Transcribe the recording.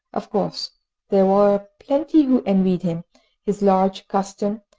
of course there were plenty who envied him his large custom,